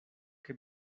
que